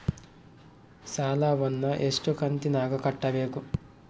ಸಾಲವನ್ನ ಎಷ್ಟು ಕಂತಿನಾಗ ಕಟ್ಟಬೇಕು?